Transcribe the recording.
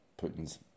Putin's